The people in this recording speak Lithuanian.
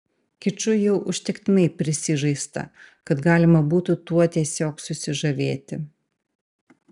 kiču jau užtektinai prisižaista kad galima būtų tuo tiesiog susižavėti